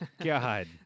God